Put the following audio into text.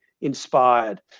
inspired